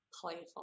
playful